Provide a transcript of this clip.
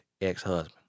ex-husband